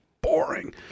boring